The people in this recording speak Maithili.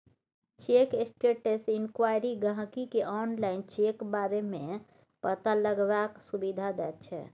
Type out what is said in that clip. चेक स्टेटस इंक्वॉयरी गाहिंकी केँ आनलाइन चेक बारे मे पता लगेबाक सुविधा दैत छै